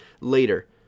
later